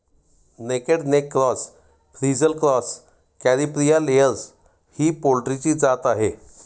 naked neck cross, frizzle cross, Caripriya layers ही पोल्ट्रीची जात आहे